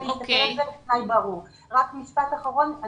משפט אחרון.